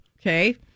Okay